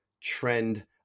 trend